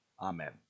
Amen